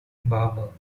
barber